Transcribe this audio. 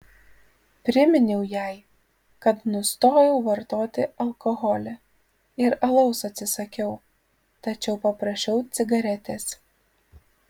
priminiau jai kad nustojau vartoti alkoholį ir alaus atsisakiau tačiau paprašiau cigaretės